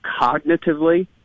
cognitively